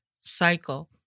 cycle